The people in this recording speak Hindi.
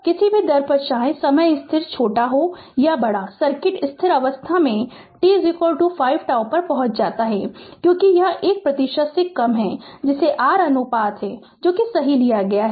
किसी भी दर पर चाहे समय स्थिर छोटा हो या बड़ा सर्किट स्थिर अवस्था में t 5 τ पर पहुँच जाता है क्योंकि यह 1 प्रतिशत से कम है जिसे r अनुपात जो भी सही लिया गया है